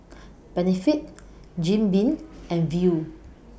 Benefit Jim Beam and Viu